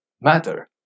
matter